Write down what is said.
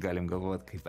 galim galvot kaip